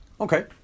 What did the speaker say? Okay